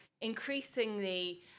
increasingly